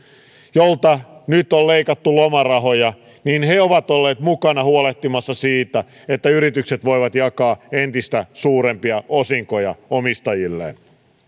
joilta nyt on leikattu lomarahoja ovat olleet mukana huolehtimassa siitä että yritykset voivat jakaa entistä suurempia osinkoja omistajilleen